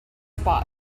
spot